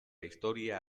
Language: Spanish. historia